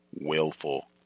willful